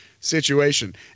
situation